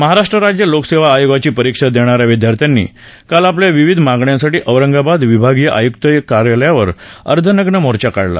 महाराष्ट्र राज्य लोकसेवा आयोगाची परीक्षा देणाऱ्या विद्यार्थ्यांनी काल आपल्या विविध मागण्यांसाठी औरंगाबाद विभागीय आयुक्त कार्यालयावर अर्धनग्न मोर्चा काढला